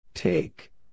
Take